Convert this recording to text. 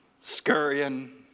scurrying